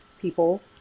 people